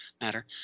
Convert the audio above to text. matter